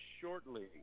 shortly